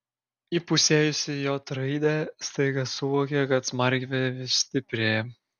įpusėjusi j raidę staiga suvokė kad smarvė vis stiprėja